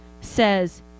says